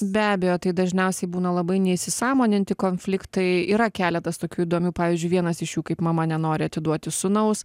be abejo tai dažniausiai būna labai neįsisąmoninti konfliktai yra keletas tokių įdomių pavyzdžiui vienas iš jų kaip mama nenori atiduoti sūnaus